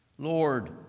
Lord